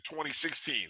2016